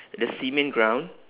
the cement ground